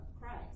Christ